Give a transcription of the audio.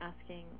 asking